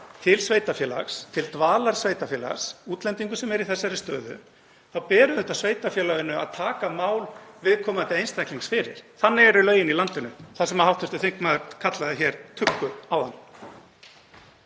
einstaklingur til dvalarsveitarfélags, útlendingur í þessari stöðu, þá ber sveitarfélaginu að taka mál viðkomandi einstaklings fyrir. Þannig eru lögin í landinu sem hv. þingmaður kallaði hér tuggu áðan.